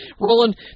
Roland